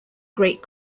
great